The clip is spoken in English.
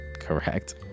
Correct